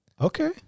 Okay